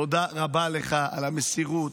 תודה רבה לך על המסירות,